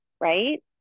right